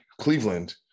Cleveland